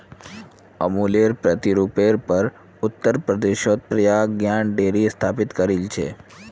अमुलेर प्रतिरुपेर पर उत्तर प्रदेशत पराग आर ज्ञान डेरी स्थापित करील छेक